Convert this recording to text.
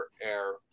Air